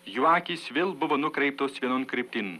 jų akys vėl buvo nukreiptos vienon kryptin